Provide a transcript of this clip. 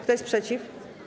Kto jest przeciw?